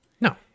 No